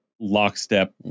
lockstep